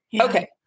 Okay